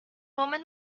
woman